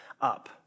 up